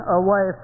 away